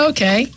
Okay